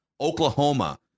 Oklahoma